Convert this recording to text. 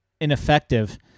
ineffective